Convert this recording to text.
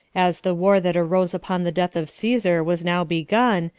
as the war that arose upon the death of caesar was now begun,